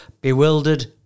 bewildered